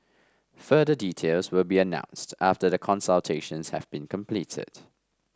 further details will be announced after the consultations have been completed